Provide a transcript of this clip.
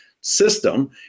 system